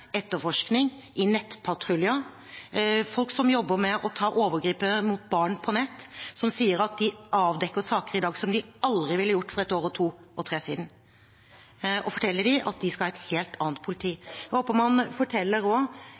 etterforskning i nettpatruljer, folk som jobber med å ta overgripere mot barn på nett, og som sier at de avdekker saker i dag som de aldri ville gjort for ett, to eller tre år siden, og fortelle dem at de skal ha et helt annet politi. Jeg håper man også forteller